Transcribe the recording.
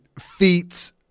feats